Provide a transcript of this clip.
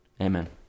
Amen